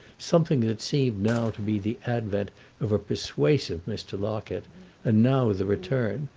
something that seemed now to be the advent of a persuasive mr. locket and now the return,